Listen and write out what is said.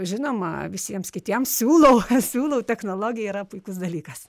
žinoma visiems kitiems siūlau siūlau technologija yra puikus dalykas